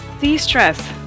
De-stress